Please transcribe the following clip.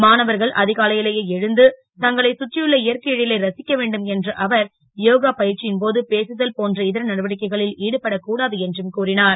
மாணவர்கள் அகாலை லேயே எழுந்து தங்களை சுற்றியுள்ள இயற்கை எ லை ரசிக்க வேண்டும் என்ற அவர் யோகா ப ற்சி ன் போது பேசுதல் போன்ற இதர நடவடிக்கைகளில் ஈடுபடக் கூடாது என்றும் கூறினார்